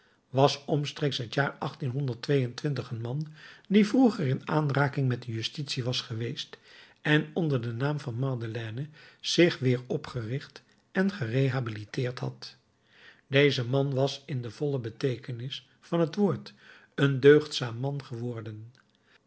was omstreeks het jaar een man die vroeger in aanraking met de justitie was geweest en onder den naam van madeleine zich weer opgericht en gerehabiliteerd had deze man was in de volle beteekenis van het woord een deugdzaam man geworden